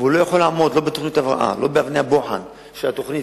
והיא לא יכולה לעמוד לא בתוכנית הבראה ולא באבני הבוחן של התוכנית,